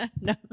no